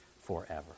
forever